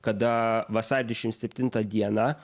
kada vasario dvidešim septintą dieną